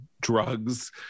drugs